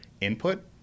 input